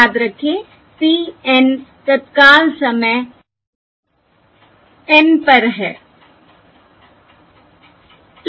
याद रखें p N तत्काल समय N पर है